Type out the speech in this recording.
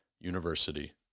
University